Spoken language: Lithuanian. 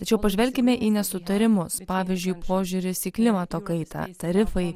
tačiau pažvelkime į nesutarimus pavyzdžiui požiūris į klimato kaitą tarifai